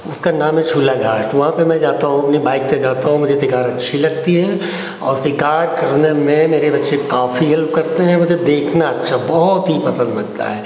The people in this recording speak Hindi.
उसका नाम है झूलाघाट वहाँ पर मैं जाता हूँ अपनी बाइक़ से जाता हूँ मुझे शिकार अच्छा लगता है और शिकार करने में मेरे बच्चे काफ़ी हेल्प करते हैं मुझे देखना अच्छा बहुत ही पसन्द लगता है